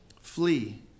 Flee